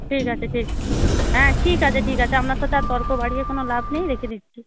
ঠিক আছে ঠিক হ্যাঁ ঠিক আছে ঠিক আছে আপনার সাথে আর তর্ক বাড়িয়ে কোনো লাভ নেই রেখে দিচ্ছি